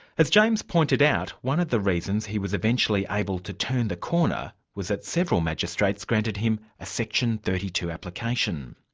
as james points and out, one of the reasons he was eventually able to turn the corner was that several magistrates granted him a section thirty two application.